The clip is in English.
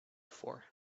for